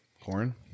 corn